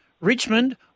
Richmond